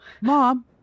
Mom